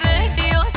Radio